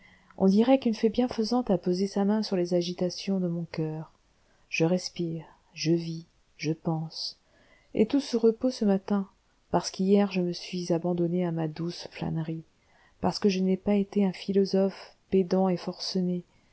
on dirait qu'une fée bienfaisante a posé sa main sur les agitations de mon coeur je respire je vis je pense et tout ce repos ce matin parce qu'hier je me suis abandonné à ma douce flânerie parce que je n'ai pas été un philosophe pédant et forcené